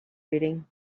reading